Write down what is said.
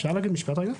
אפשר להגיד משפט רגע?